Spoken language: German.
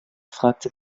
fragte